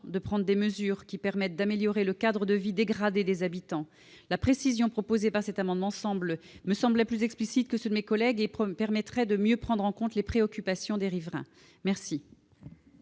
de prendre des mesures qui permettent d'améliorer le cadre de vie dégradé des habitants. Cet amendement semble plus explicite que ceux de mes collègues et permettra de mieux prendre en compte les préoccupations des riverains. Quel